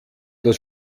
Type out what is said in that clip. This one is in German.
das